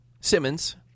Simmons